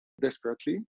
desperately